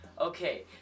Okay